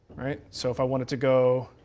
so if i wanted to go,